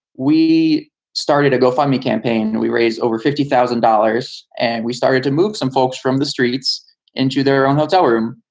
we started to go find my campaign and we raised over fifty thousand dollars and we started to move some folks from the streets into their own hotel room.